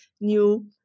new